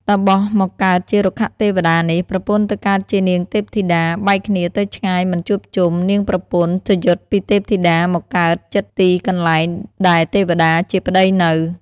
តាបសមកកើតជារុក្ខទេវតានេះ ប្រពន្ធទៅកើតជានាងទេពធីតា បែកគ្នាទៅឆ្ងាយមិនជួបជុំ នាងប្រពន្ធ ច្យុតពីទេពធីតាមកកើតជិតទីកន្លែងដែលទេវតាជាប្ដីនៅ ។